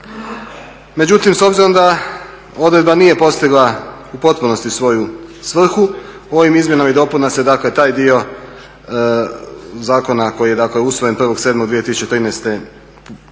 Međutim, s obzirom da odredba nije postigla u potpunosti svoju svrhu ovim izmjenama i dopunama se dakle taj dio zakona koji je dakle usvojen 1.7.2013.